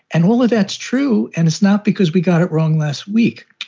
and all of that's true. and it's not because we got it wrong last week.